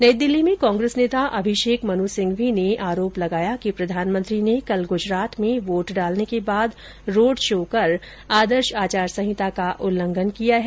नई दिल्ली में कांग्रेस नेता अभिषेक मनु सिंघवी ने आरोप लगाया कि प्रधानमंत्री ने कल गुजरात में वोट डालने के बाद रोड शो कर आदर्श आचार संहिता का उल्लंघन किया है